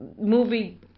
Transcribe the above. movie